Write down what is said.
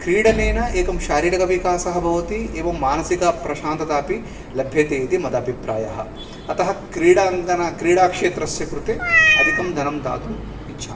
क्रीडनेन एकं शारीरिकविकासः भवति एवं मानसिकप्रशान्तता अपि लभ्यते इति मदभिप्रायः अतः क्रीडाङ्गना क्रीडाक्षेत्रस्य कृते अधिकं धनं दातुम् इच्छामि